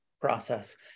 process